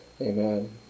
Amen